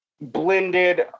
blended